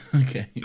okay